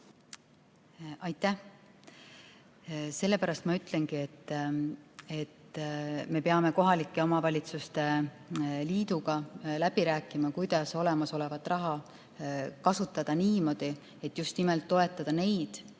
Aitäh! Sellepärast ma ütlengi, et me peame kohalike omavalitsuste liiduga läbi rääkima, kuidas olemasolevat raha kasutada niimoodi, et just nimelt toetada neid,